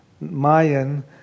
Mayan